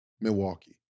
Milwaukee